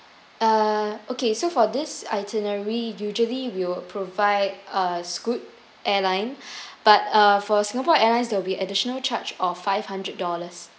uh okay so for this itinerary usually we'll provide uh Scoot airline but uh for singapore airlines there will be additional charge of five hundred dollars